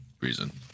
reason